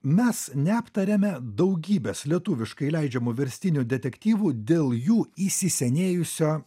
mes neaptarėme daugybės lietuviškai leidžiamų verstinių detektyvų dėl jų įsisenėjusio